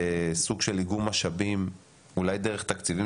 בסוג של איגום משאבים אולי דרך תקציבים